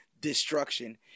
destruction